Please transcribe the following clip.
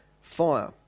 fire